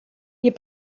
ihr